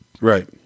Right